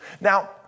Now